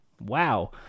Wow